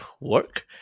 work